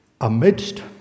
Amidst